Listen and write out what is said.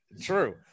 True